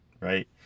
right